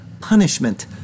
punishment